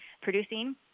producing